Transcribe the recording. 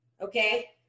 okay